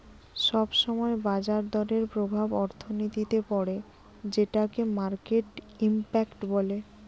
সব সময় বাজার দরের প্রভাব অর্থনীতিতে পড়ে যেটোকে মার্কেট ইমপ্যাক্ট বলে